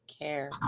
care